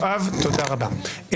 יואב, תודה רבה.